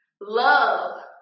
love